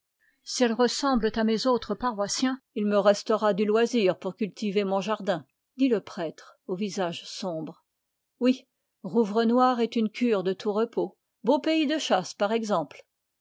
si elles ressemblent à mes autres paroissiens il me restera du loisir pour cultiver mon jardin dit le prêtre au visage sombre oui rouvrenoir est une cure de tout repos beau pays de chasse par exemple